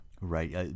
right